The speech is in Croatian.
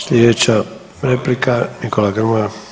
Sljedeća replika Nikola Grmoja.